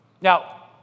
Now